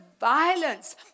violence